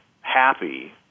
happy